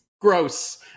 gross